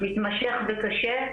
מתמשך וקשה,